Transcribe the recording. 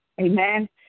Amen